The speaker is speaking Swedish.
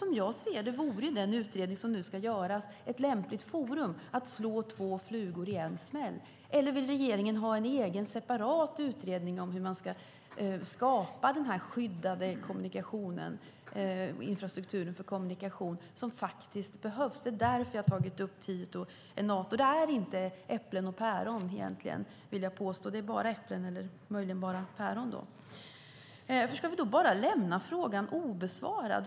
Som jag ser det vore den utredning som nu ska göras ett lämpligt forum att slå två flugor i en smäll, eller vill regeringen ha en egen, separat utredning om hur man ska skapa den skyddade infrastruktur för kommunikation som faktiskt behövs? Det är därför jag tar upp Tieto Enator. Det handlar inte om att jämföra äpplen och päron, utan det är bara äpplen eller möjligen bara päron. Ska vi bara lämna frågan obesvarad?